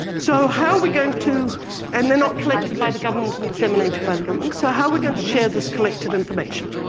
so how we going to and they're not collected by the government and disseminated by the government so how are we going to share this collected information.